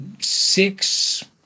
six